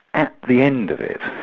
at the end of it,